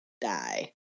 Die